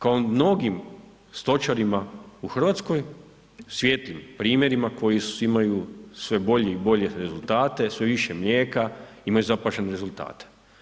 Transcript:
Kao mnogim stočarima u Hrvatskoj svijetlim primjerima koji imaju sve bolje i bolje rezultate, sve više mlijeka, imaju zapažene rezultate.